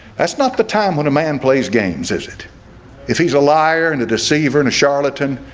that's not the time when a man plays games? is it if he's a liar and a deceiver and a charlatan?